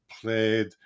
played